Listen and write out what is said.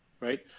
right